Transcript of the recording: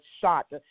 shot